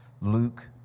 Luke